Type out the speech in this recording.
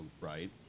right